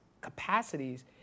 capacities